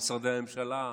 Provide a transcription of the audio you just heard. במשרדי הממשלה,